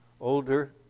older